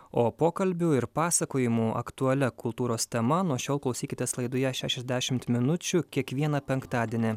o pokalbių ir pasakojimų aktualia kultūros tema nuo šiol klausykitės laidoje šešiasdešimt minučių kiekvieną penktadienį